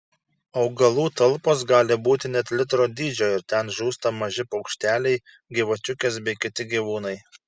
augalų talpos gali būti net litro dydžio ir ten žūsta maži paukšteliai gyvačiukės bei kiti gyvūnai